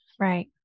Right